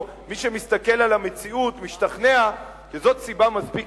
או שמי שמסתכל על המציאות משתכנע שזאת סיבה מספיק